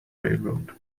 railroad